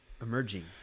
emerging